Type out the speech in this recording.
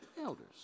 elders